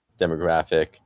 demographic